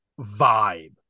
vibe